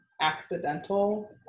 accidental